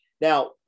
Now